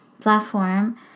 platform